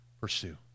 pursue